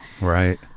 Right